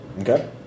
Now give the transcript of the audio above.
Okay